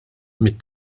mit